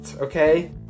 okay